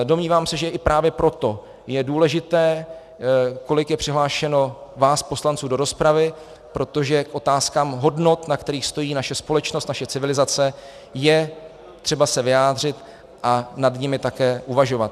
Domnívám se, že i právě proto je důležité, kolik je přihlášeno vás poslanců do rozpravy, protože k otázkám hodnot, na kterých stojí naše společnost, naše civilizace, je třeba se vyjádřit a nad nimi také uvažovat.